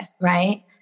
right